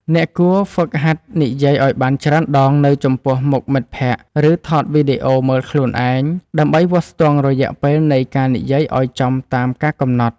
អ្នកគួរហ្វឹកហាត់និយាយឱ្យបានច្រើនដងនៅចំពោះមុខមិត្តភក្តិ ឬថតវីដេអូមើលខ្លួនឯង ដើម្បីវាស់ស្ទង់រយៈពេលនៃការនិយាយឱ្យចំតាមការកំណត់។